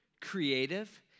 creative